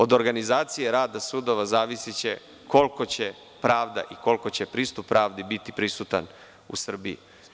Od organizacije rada sudova zavisiće koliko će pravda i koliko će pristup pravdi biti prisutan u Srbiji.